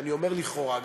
ואני אומר לכאורה גם,